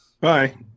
bye